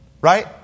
Right